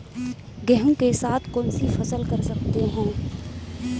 गेहूँ के साथ कौनसी फसल कर सकते हैं?